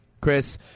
Chris